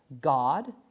God